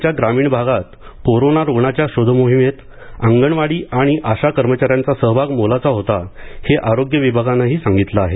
राज्याच्या ग्रामीण भागात कोरोना रुग्णाच्या शोधमोहिमेत अंगणवाडी आणि आशा कर्मचाऱ्यांचा सहभाग मोलाचा होता हे आरोग्य विभागानंही सांगितलं आहे